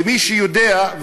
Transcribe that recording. ומי שיודע,